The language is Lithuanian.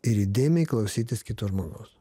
ir įdėmiai klausytis kito žmogaus